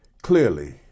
clearly